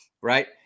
right